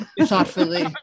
thoughtfully